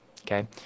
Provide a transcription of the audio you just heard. Okay